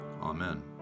Amen